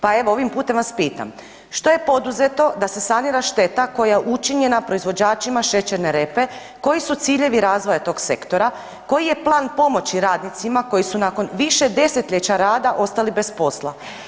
Pa evo ovim putem vas pitam, što je poduzeto da se sanira šteta koja je učinjena proizvođačima šećerne repe, koji su ciljevi razvoja tog sektora, koji je plan pomoći radnicima koji su nakon više desetljeća rada ostali bez posla?